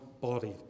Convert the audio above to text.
body